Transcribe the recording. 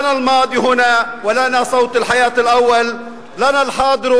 העבר פה/ לנו קול החיים הראשון / לנו ההווה,